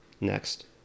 Next